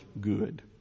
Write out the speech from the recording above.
good